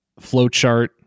flowchart